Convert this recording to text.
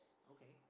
okay